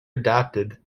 adapted